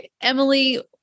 Emily